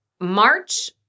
MARCH